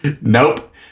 Nope